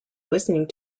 listening